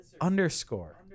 underscore